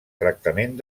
tractament